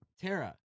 Tara